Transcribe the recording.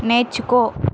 నేర్చుకో